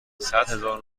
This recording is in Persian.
صدهزار